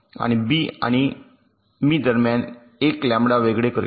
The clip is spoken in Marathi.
आणि बी आणि मी दरम्यान 1 लॅम्बडा वेगळे करेल